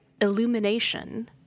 Illumination